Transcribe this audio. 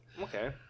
Okay